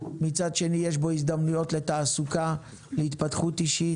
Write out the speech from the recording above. ומצד שני יש בו הזדמנויות לתעסוקה ולהתפתחות אישית.